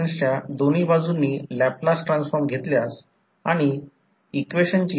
तर यालाच E1 E2 म्हणतात या सगळ्याकडे दुर्लक्ष करा E2 या सगळ्याकडे दुर्लक्ष करा जेव्हा E1 हे मॅग्नेट्यूडनुसार V1 E1 असते